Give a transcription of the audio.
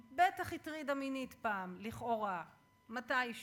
היא בטח הטרידה מינית פעם, לכאורה, מתישהו,